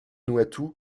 vanuatu